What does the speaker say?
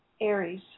Aries